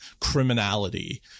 criminality